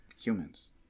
humans